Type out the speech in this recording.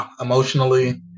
emotionally